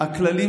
הכללים